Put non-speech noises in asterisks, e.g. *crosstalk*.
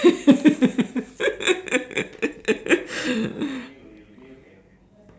*laughs*